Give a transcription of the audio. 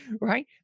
right